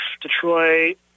Detroit